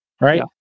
right